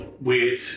weird